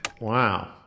Wow